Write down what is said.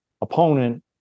opponent